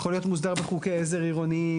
יכול להיות מוסדר בחוקי עזר עירוניים,